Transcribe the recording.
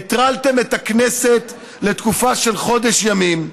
הטרלתם את הכנסת לתקופה של חודש ימים,